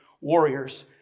Warriors